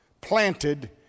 planted